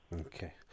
Okay